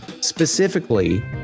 specifically